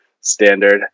standard